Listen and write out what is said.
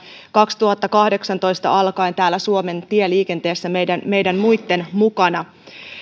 kaksituhattakahdeksantoista alkaen täällä suomen tieliikenteessä meidän meidän muitten mukana